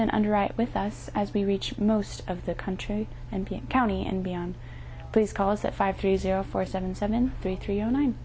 underwrite with us as we reach most of the country and county and beyond please call us at five three zero four seven seven three three zero nine